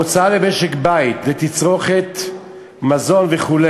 ההוצאה למשק-בית ותצרוכת מזון וכו',